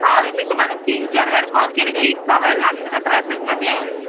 अहो मी तुम्हाला तीन चार वेळ कॉल केले तर इतका वेळ लागते का ट्रॅफिकमध्ये